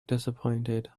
disappointed